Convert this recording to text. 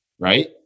right